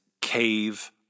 cave